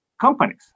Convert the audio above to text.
companies